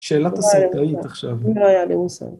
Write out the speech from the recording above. שאלת הסרטורית עכשיו. לא היה לי מושג